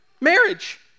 marriage